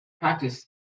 practice